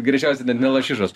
greičiausiai ne lašišos